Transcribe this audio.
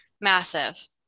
Massive